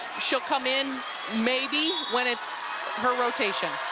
she'll come in maybe when it's her rotation.